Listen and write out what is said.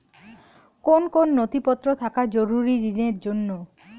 কোন কোন নথিপত্র থাকা জরুরি ঋণের জন্য?